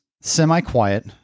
semi-quiet